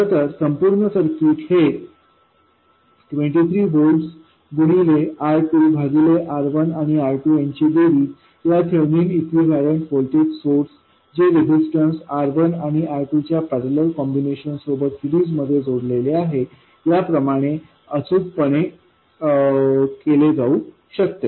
खरं तर संपूर्ण सर्किट हे 23 व्होल्ट गुणिले R2भागिले R1आणि R2यांची बेरीज या थेव्हिनिन इक्विवेलेंट व्होल्टेज सोर्स जे रेजिस्टन्स R1आणि R2 च्या पैरलेल कॉम्बिनेशन सोबत सीरिजमध्ये जोडलेले आहे याप्रमाणे अचूकपणे तयार केले जाऊ शकते